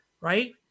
Right